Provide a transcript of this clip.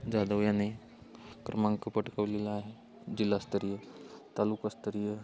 जादव याने क्रमांक पटकवलेला आहे जिल्हास्तरीय तालुकास्तरीय